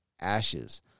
ashes